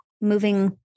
moving